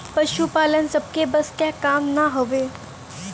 पसुपालन सबके बस क काम ना हउवे